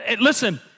listen